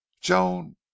joan